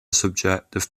subjective